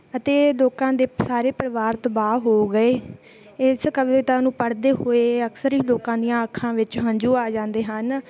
ਅਤੇ ਲੋਕਾਂ ਦੇ ਸਾਰੇ ਪਰਿਵਾਰ ਤਬਾਹ ਹੋ ਗਏ ਇਸ ਕਵਿਤਾ ਨੂੰ ਪੜ੍ਹਦੇ ਹੋਏ ਅਕਸਰ ਹੀ ਲੋਕਾਂ ਦੀਆਂ ਅੱਖਾਂ ਵਿੱਚ ਹੰਝੂ ਆ ਜਾਂਦੇ ਹਨ